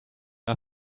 are